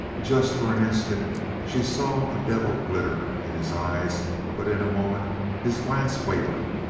just for an instant she saw a devil glitter in his eyes but in a moment his glance wavered.